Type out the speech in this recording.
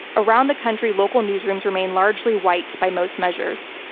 around the country, local newsrooms remain largely white by most measures.